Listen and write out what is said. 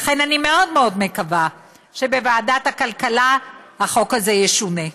לכן אני מאוד מאוד מקווה שבוועדת הכלכלה החוק הזה ישונה.